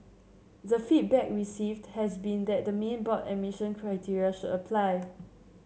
the feedback received has been that the main board admission criteria should apply